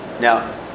Now